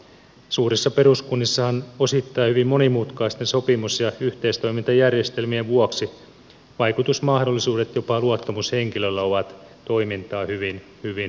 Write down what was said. suurissa peruskunnissahan osittain hyvin monimutkaisten sopimus ja yhteistoimintajärjestelmien vuoksi jopa luottamushenkilöllä vaikutusmahdollisuudet toimintaan ovat hyvin heikot